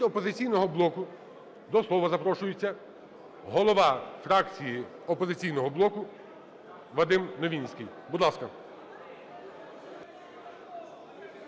"Опозиційного блоку" до слова запрошується голова фракції "Опозиційного блоку" Вадим Новинський. Будь ласка.